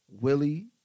Willie